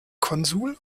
konsul